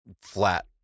flat